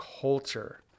culture